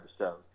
episode